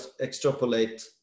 extrapolate